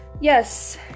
Yes